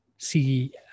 see